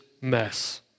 mess